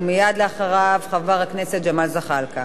ומייד אחריו, חבר הכנסת ג'מאל זחאלקה.